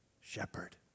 shepherd